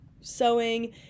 sewing